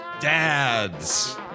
dads